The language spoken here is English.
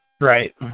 Right